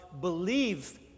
Believe